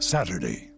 Saturday